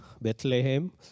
Bethlehem